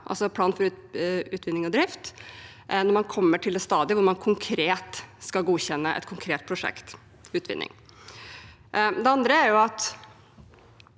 altså plan for utvinning og drift, når man kommer til det stadiet hvor man konkret skal godkjenne et konkret prosjekt for utvinning. Det andre, som